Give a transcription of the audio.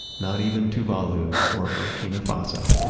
not even tuvalu or burkina faso